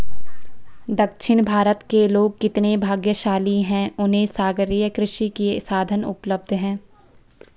दक्षिण भारत के लोग कितने भाग्यशाली हैं, उन्हें सागरीय कृषि के साधन उपलब्ध हैं